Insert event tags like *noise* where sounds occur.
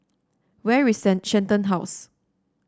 where is *unintelligible* Shenton House